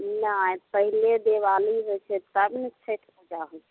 नहि पहिले दिवाली होइ छै तब ने छठि पूजा होइ छै